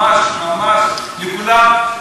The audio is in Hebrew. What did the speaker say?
ממש ממש לכולם,